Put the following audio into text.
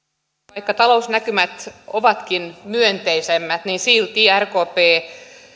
vaikka talousnäkymät ovatkin myönteisemmät niin silti rkp